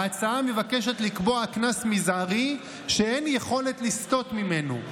ההצעה מבקשת לקבוע קנס מזערי שאין יכולת לסטות ממנו.